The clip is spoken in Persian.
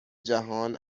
جهان